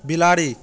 बिलाड़ि